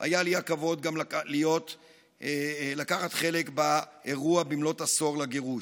היה לי הכבוד גם לקחת חלק באירוע במלאת עשור לגירוש.